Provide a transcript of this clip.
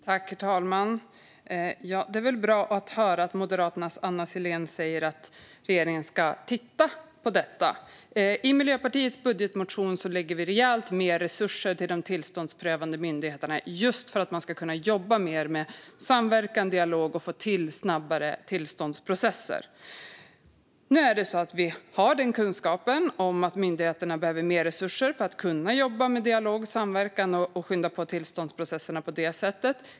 Herr talman! Det är bra att få höra att Moderaternas Anna af Sillén säger att regeringen ska titta på detta. I Miljöpartiets budgetmotion lägger vi rejält mer resurser till de tillståndsprövande myndigheterna just för att de ska kunna jobba mer med samverkan och dialog och få till snabbare tillståndsprocesser. Nu har vi kunskapen om att myndigheterna behöver mer resurser för att kunna jobba med dialog och samverkan och skynda på tillståndsprocesserna på det sättet.